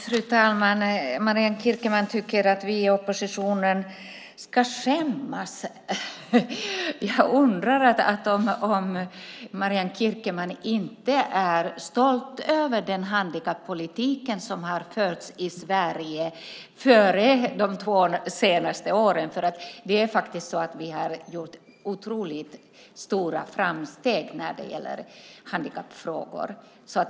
Fru talman! Marianne Kierkemann tycker att vi i oppositionen ska skämmas. Jag undrar om Marianne Kierkemann inte är stolt över den handikappolitik som har förts i Sverige fram till de två senaste åren. Vi har gjort otroligt stora framsteg i handikappfrågorna.